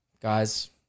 guys